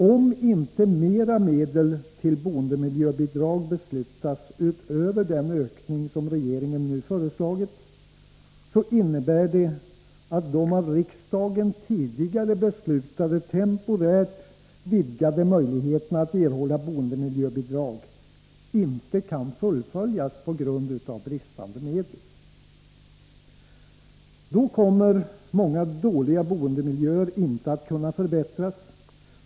Om inte mera medel till boendemiljöbidrag anvisas utöver den ökning som regeringen nu har föreslagit, innebär det att de av riksdagen tidigare beslutade temporärt vidgade möjligheterna att erhålla boendemiljöbidrag inte kan fullföljas på grund av brist på medel. Då kommer många dåliga boendemiljöer inte att kunna förbättras.